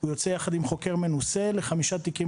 הוא יוצא יחד עם חוקר מנוסה לחמישה תיקים